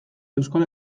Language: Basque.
euskal